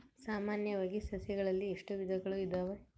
ಸಾಮಾನ್ಯವಾಗಿ ಸಸಿಗಳಲ್ಲಿ ಎಷ್ಟು ವಿಧಗಳು ಇದಾವೆ?